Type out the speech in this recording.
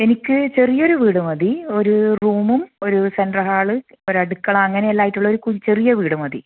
എനിക്ക് ചെറിയൊരു വീട് മതി ഒരു റൂമും ഒരു സെൻ്റർ ഹാള് ഒരടുക്കള അങ്ങനെയെല്ലാം ആയിട്ടുള്ള ഒരു കു ഒരു ചെറിയ വീട് മതി